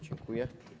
Dziękuję.